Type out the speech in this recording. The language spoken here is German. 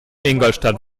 ingolstadt